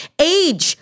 age